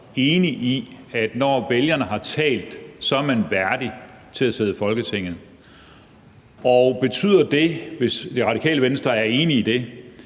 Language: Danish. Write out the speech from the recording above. enige i, at når vælgerne har talt, så er man er værdig til at sidde i Folketinget? Og hvis Radikale Venstre er enige i det,